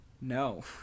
No